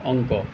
অংক